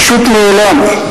פשוט מעולם?